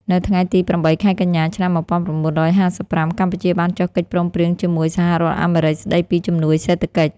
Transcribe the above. នៅថ្ងៃទី ៨ ខែកញ្ញា ឆ្នាំ១៩៥៥ កម្ពុជាបានចុះកិច្ចព្រមព្រៀងជាមួយ សហរដ្ឋអាមេរិក ស្តីពីជំនួយសេដ្ឋកិច្ច។